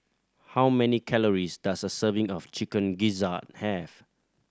how many calories does a serving of Chicken Gizzard have